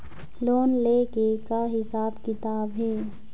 Loan ले के का हिसाब किताब हे?